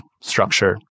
structure